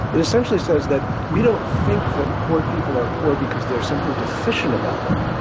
it essentially says that we don't think that poor people are poor because there is something deficient about them,